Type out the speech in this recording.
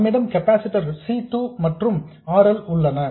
நம்மிடம் capacitor C 2 மற்றும் R L உள்ளன